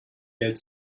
geld